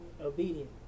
Obedient